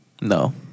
No